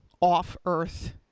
off-Earth